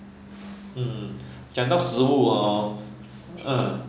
hmm 讲到食物 hor